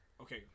okay